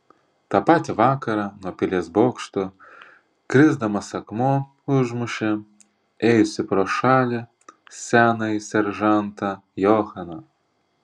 tą patį vakarą nuo pilies bokšto krisdamas akmuo užmušė ėjusį pro šalį senąjį seržantą johaną